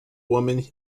woman